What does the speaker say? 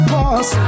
boss